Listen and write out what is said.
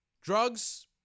Drugs